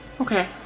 Okay